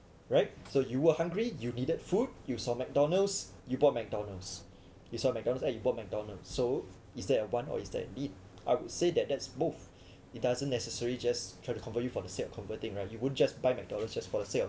right so you were hungry you needed food you saw McDonald's you bought McDonald's you saw McDonald's ah you bought McDonald's so is there a want or is that a need I would say that that's both it doesn't necessary just try to convert you flor the sake of converting right you would just buy McDonald's just for the sake of